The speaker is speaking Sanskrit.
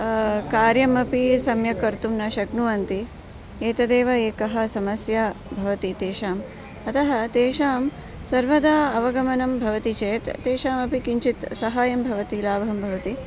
कार्यमपि सम्यक् कर्तुं न शक्नुवन्ति एतदेव एकः समस्या भवति तेषाम् अतः तेषां सर्वदा अवगमनं भवति चेत् तेषामपि किञ्चित् सहायं भवति लाभं भवति